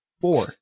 Four